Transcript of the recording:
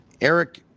Eric